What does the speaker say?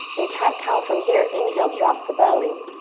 and cat-cow from here. inhale, drop the belly.